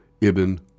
ibn